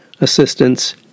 assistance